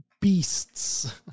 beasts